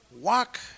Walk